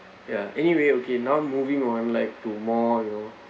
ya anyway okay now moving on like to more you know